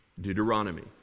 deuteronomy